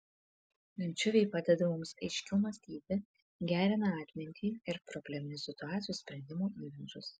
ančiuviai padeda mums aiškiau mąstyti gerina atmintį ir probleminių situacijų sprendimo įgūdžius